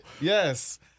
Yes